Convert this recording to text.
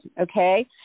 okay